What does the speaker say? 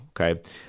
okay